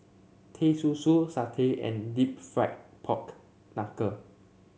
Teh Susu Satay and deep fried Pork Knuckle